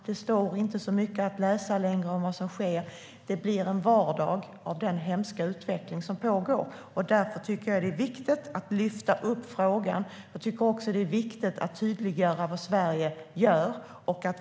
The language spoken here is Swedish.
Det står inte längre så mycket att läsa om vad som sker. Det blir vardag av den hemska utveckling som pågår. Därför tycker jag att det är viktigt att lyfta upp frågan. Jag tycker också att det är viktigt att tydliggöra vad Sverige gör.